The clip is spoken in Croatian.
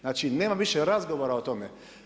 Znači nema više razgovara o tome.